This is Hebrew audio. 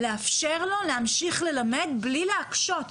לאפשר לו להמשיך ללמד בלי להקשות,